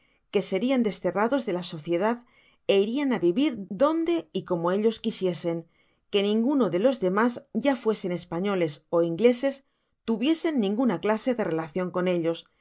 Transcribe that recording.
que serian desterrados de la sociedad é irian á vivir donde y como ellos quisiesen que ninguno de los demas ya fuesen españoles ó ingleses tuviesen ninguna clase de relacion con ellos